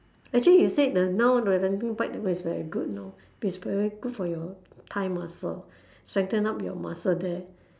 actually you said the now the renting bike is very good you know it's very good for your thigh muscle strengthen up your muscle there